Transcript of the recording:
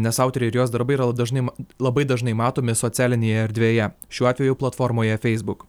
nes autorė ir jos darbai yra dažnai labai dažnai matomi socialinėje erdvėje šiuo atveju platformoje facebook